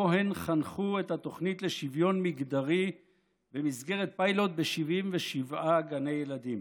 ובו הן חנכו את התוכנית לשוויון מגדרי במסגרת פיילוט ב-77 גני ילדים.